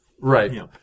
right